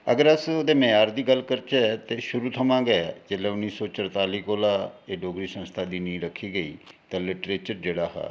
अगर अस ओह्दे मयार दी गल्ल करचै ते शुरू थमां गै जैल्लै उन्नी सौ चरताली कोला एह् डोगरी सस्थां दी नींह् रखी गेई ते लिट्रेचर जेह्ड़ा हा